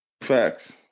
Facts